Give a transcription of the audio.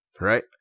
right